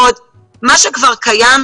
מה שכבר קיים,